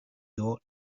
your